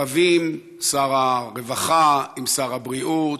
רבים שר הרווחה עם שר הבריאות,